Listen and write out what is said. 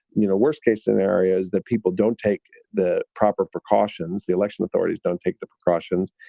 you know, worst case scenario is that people don't take the proper precautions, the election authorities don't take the precautions,